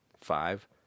Five